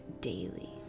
daily